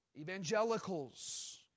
Evangelicals